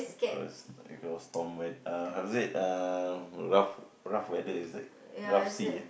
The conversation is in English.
first storm is it rough rough weather is it rough sea ah